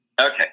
Okay